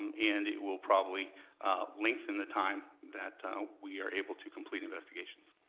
and and it will probably lengthen the time that we are able to complete investigations.